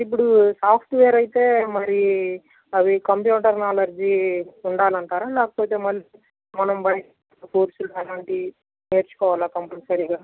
ఇప్పుడు సాఫ్ట్వేర్ అయితే మరి అవి కంప్యూటర్ నాలెడ్జ్ ఉండాలంటారా లేకపోతే మనం బయట కోర్సులు అలాంటివి నేర్చుకోవాలా కంపల్సరిగా